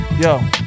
Yo